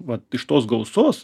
vat iš tos gausos